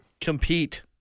Compete